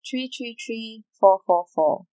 three three three four four four